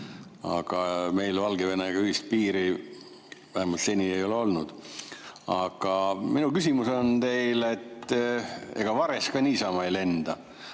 Aga meil Valgevenega ühist piiri vähemalt seni ei ole olnud. Minu küsimus on teile see. Ega vares ka niisama ei lenda.